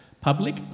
public